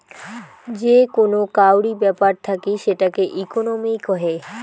যে কোন কাউরি ব্যাপার থাকি সেটাকে ইকোনোমি কহে